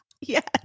Yes